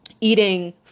eating